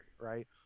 right